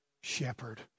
shepherd